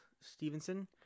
stevenson